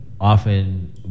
often